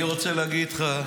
אני רוצה להגיד לך,